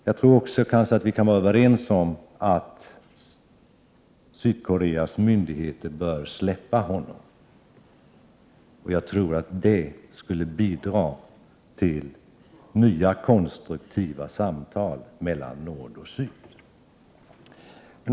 Jag tror också att vi kan vara överens om att Sydkoreas myndigheter bör släppa pastor Moon. Det skulle nog bidra till nya konstruktiva samtal mellan nord och syd.